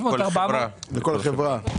בכל חברה.